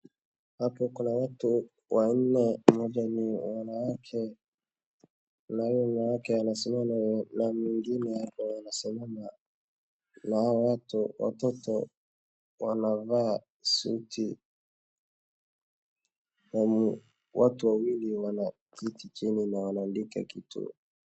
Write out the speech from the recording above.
Hapo kuna watu wanne. Mmoja ni wanawake, na huyu wanawake anasimama na mwingine hapa wanasimama. Na hawa watu watoto, wanavaa suti. Na watu wawili wanaketi chini na wanaandika kitu.